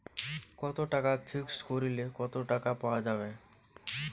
কত টাকা ফিক্সড করিলে কত টাকা পাওয়া যাবে?